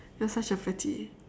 you're such a fatty